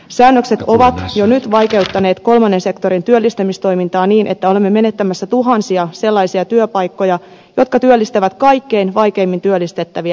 säännökset ovat jo nyt vaikeuttaneet kolmannen sektorin työllistämistoimintaa niin että olemme menettämässä tuhansia sellaisia työpaikkoja jotka työllistävät kaikkein vaikeimmin työllistettäviä